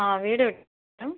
ആ വീടെവിടെയാണ് മാഡം